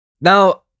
Now